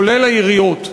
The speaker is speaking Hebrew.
כולל העיריות,